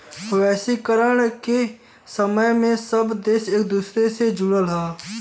वैश्वीकरण के समय में सब देश एक दूसरे से जुड़ल हौ